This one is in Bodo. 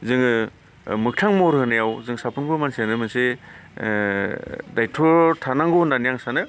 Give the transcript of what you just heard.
जोङो मोगथां महर होनायाव जों साफ्रोमबो मानसिया मोनसे दायत्थ' थानांगौ होननानै आं सानो